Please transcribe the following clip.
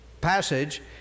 Passage